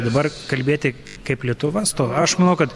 dabar kalbėti kaip lietuva stovi aš manau kad